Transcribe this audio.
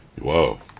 Whoa